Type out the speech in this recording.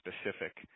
specific